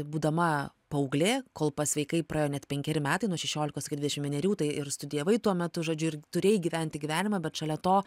būdama paauglė kol pasveikai praėjo net penkeri metai nuo šešiolikos iki dvidešimt penkerių tai ir studijavai tuo metu žodžiu ir turėjai gyventi gyvenimą bet šalia to